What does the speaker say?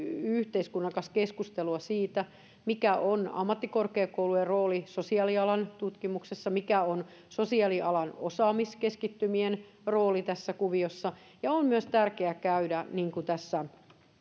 yhteiskunnan kanssa keskustelua siitä mikä on ammattikorkeakoulujen rooli sosiaalialan tutkimuksessa ja mikä on sosiaalialan osaamiskeskittymien rooli tässä kuviossa on myös tärkeää käydä niin kuin tässä